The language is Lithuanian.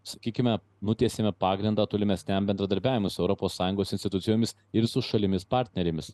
sakykime nutiesėme pagrindą tolimesniam bendradarbiavimui su europos sąjungos institucijomis ir su šalimis partnerėmis